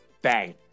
Bang